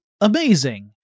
amazing